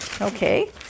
okay